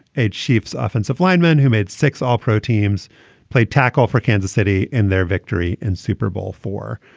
eight chiefs, offensive lineman who made six all-pro teams play tackle for kansas city in their victory in super bowl four.